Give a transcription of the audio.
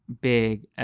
big